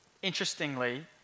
Interestingly